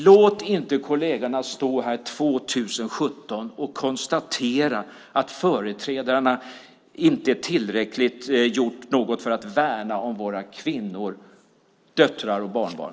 Låt inte kollegerna stå här 2017 och konstatera att företrädarna inte gjort tillräckligt för att värna om våra kvinnor, döttrar och barnbarn!